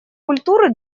культуры